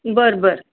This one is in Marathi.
बरं बरं